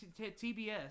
TBS